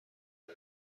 آیا